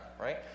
right